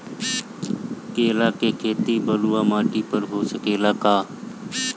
केला के खेती बलुआ माटी पर हो सकेला का?